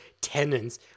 tenants